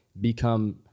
become